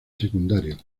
secundario